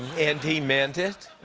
and he meant it.